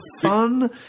Fun